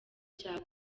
cya